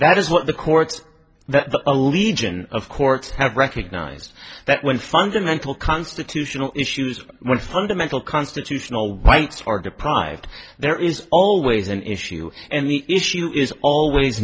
that is what the courts that the a legion of courts have recognized that when fundamental constitutional issues more fundamental constitutional rights are deprived there is always an issue and the issue is always